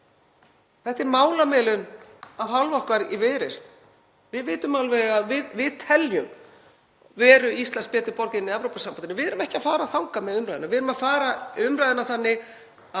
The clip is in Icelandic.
Þetta er málamiðlun af hálfu okkar í Viðreisn. Við vitum alveg að við teljum Íslandi betur borgið í Evrópusambandinu. Við erum ekki að fara þangað með umræðuna, við erum að fara í umræðuna þannig að